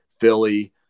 Philly